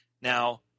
Now